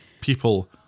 people